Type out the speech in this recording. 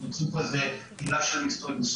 ויצרו הילה של מסתורין.